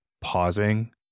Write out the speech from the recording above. pausing